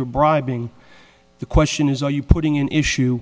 you're bribing the question is are you putting in issue